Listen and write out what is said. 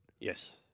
Yes